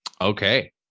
Okay